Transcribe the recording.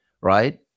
right